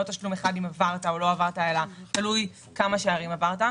לא רק תשלום אחד אם עברת או לא עברת אלא תלוי כמה שערים עברת.